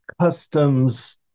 customs